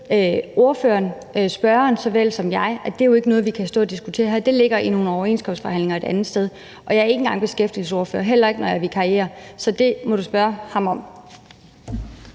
her ved spørgeren såvel som jeg, at det ikke er noget, vi kan stå og diskutere her, for det ligger i nogle overenskomstforhandlinger et andet sted. Og jeg er ikke engang beskæftigelsesordfører, heller ikke når jeg vikarierer. Så det må du spørge